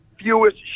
fewest